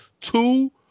two